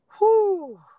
whoo